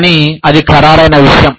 కానీ అది ఖరారైన విషయం